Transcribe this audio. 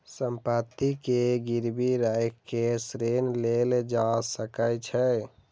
संपत्ति के गिरवी राइख के ऋण लेल जा सकै छै